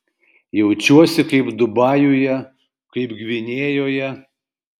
jaučiuosi kaip dubajuje kaip gvinėjoje